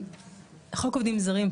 חוק עובדים זרים,